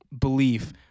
belief